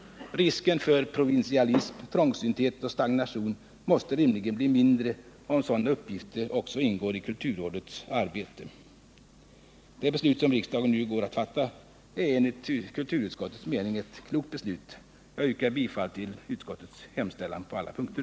Risken för provinsialism, trångsynthet och stagnation måste rimligen bli mindre, om också sådana uppgifter ingår i kulturrådets arbete. Det beslut som riksdagen nu går att fatta är Sljer kulturutskottets mening ett klokt beslut. Jag yrkar bifall till utskottets hemställan på alla punkter.